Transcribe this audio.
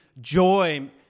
joy